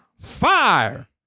fire